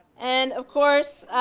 and of course,